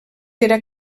era